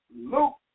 Luke